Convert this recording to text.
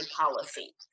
policy